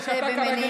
תודה שאמרת